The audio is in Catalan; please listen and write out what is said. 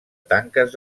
tanques